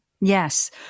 Yes